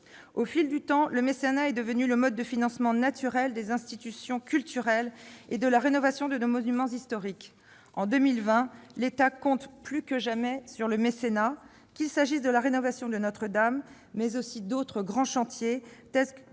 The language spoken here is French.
Au fil du temps, le mécénat est devenu le mode de financement naturel des institutions culturelles et de la rénovation de nos monuments historiques. En 2020, l'État compte plus que jamais sur lui, qu'il s'agisse de la rénovation de Notre-Dame de Paris, mais aussi d'autres grands chantiers, tels que